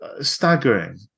staggering